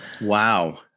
Wow